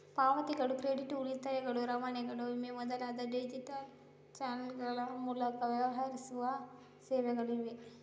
ಪಾವತಿಗಳು, ಕ್ರೆಡಿಟ್, ಉಳಿತಾಯಗಳು, ರವಾನೆಗಳು, ವಿಮೆ ಮೊದಲಾದ ಡಿಜಿಟಲ್ ಚಾನಲ್ಗಳ ಮೂಲಕ ವ್ಯವಹರಿಸುವ ಸೇವೆಗಳು ಇವೆ